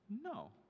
No